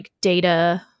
data